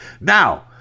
Now